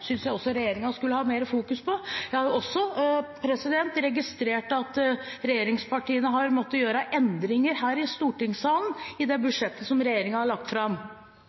synes jeg at regjeringen skulle ha fokusert mer på. Jeg har også registrert at regjeringspartiene har måttet gjøre endringer her i stortingssalen i det budsjettet som regjeringen har lagt fram.